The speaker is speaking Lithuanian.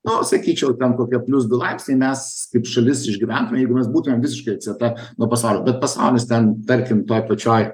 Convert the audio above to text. nu sakyčiau ten kokie plius du laipsniai mes kaip šalis išgyventume jeigu mes būtumėm visiškai atsieta nuo pasaulio bet pasaulis ten tarkim toj pačioj